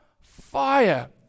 fire